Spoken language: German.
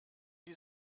die